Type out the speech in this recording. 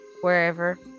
wherever